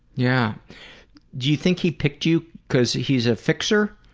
yeah do you think he picked you because he's a fixer?